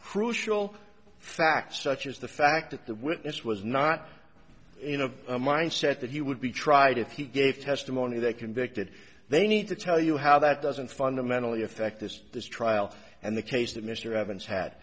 crucial fact such as the fact that the witness was not in a mindset that he would be tried if he gave testimony that convicted they need to tell you how that doesn't fundamentally affect this this trial and the case that mr evans had